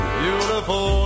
beautiful